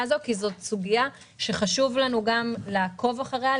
הזאת כי זאת סוגיה שחשוב לנו לעקוב אחריה,